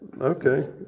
okay